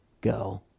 go